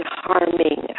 harming